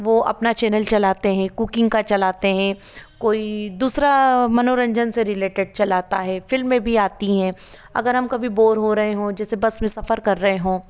वो अपना चैनल चलते हैं कुकिंग का चलते हैं कोई दुसरा मनोरंजन से रिलेटेड चलाता है फिल में भी आती हैं अगर हम कभी बोर हो रहे हों जैसे बस में सफर कर रहे हों